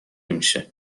میشه